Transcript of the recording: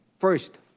First